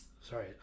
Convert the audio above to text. sorry